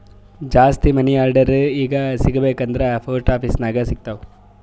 ಜಾಸ್ತಿ money order ಈಗ ಸಿಗಬೇಕ ಅಂದುರ್ ಪೋಸ್ಟ್ ಆಫೀಸ್ ನಾಗೆ ಸಿಗ್ತಾವ್